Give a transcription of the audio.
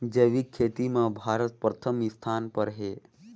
जैविक खेती म भारत प्रथम स्थान पर हे